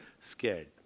scared